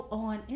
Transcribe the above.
on